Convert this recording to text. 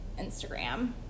Instagram